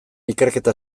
ikerketa